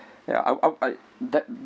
ya I'll I'll I def~